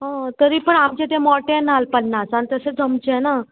आं तरी पूण आमचे ते मोटे नाल्ल पन्नासा तशें जमचें ना